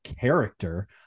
character